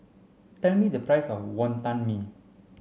tell me the price of Wonton Mee